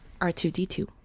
R2D2